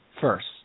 first